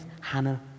Hannah